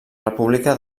república